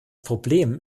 problem